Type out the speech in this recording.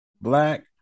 black